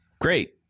great